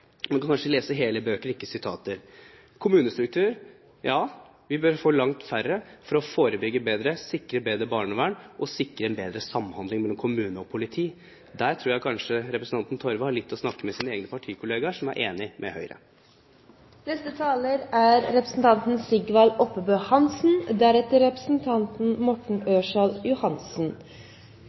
kan kanskje lese hele bøker, ikke bare sitater. Kommunestruktur: Ja, vi bør få langt færre for å forebygge bedre, for å sikre bedre barnevern og for å sikre en bedre samhandling mellom kommuner og politi. Der tror jeg kanskje representanten Torve har litt å snakke med sine egne partikollegaer som er enige med Høyre, om. Representanten Sigvald Oppebøen Hansen